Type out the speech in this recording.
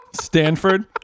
Stanford